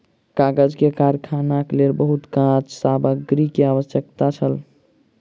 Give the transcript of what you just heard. कागज के कारखानाक लेल बहुत काँच सामग्री के आवश्यकता छल